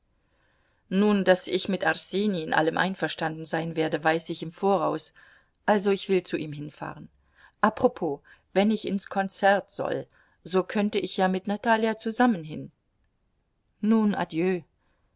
nun daß ich mit arseni in allem einverstanden sein werde weiß ich im voraus also ich will zu ihm fahren apropos wenn ich ins konzert soll so könnte ich ja mit natalja zusammen hin nun adieu